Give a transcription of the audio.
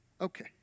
Okay